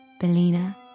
Belina